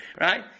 right